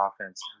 offense